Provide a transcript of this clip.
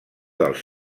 dels